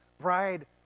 bride